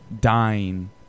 dying